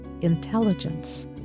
intelligence